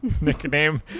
nickname